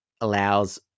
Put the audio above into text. allows